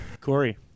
Corey